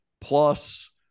plus